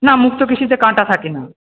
না মুক্তকেশীতে কাঁটা থাকে না